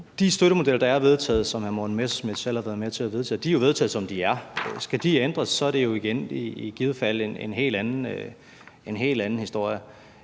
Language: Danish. de støttemodeller, der er vedtaget, og som hr. Morten Messerschmidt selv har været med til at vedtage, er jo vedtaget, som de er. Skal de ændres, er det jo i givet fald igen en helt anden historie.